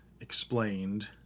explained